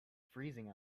freezing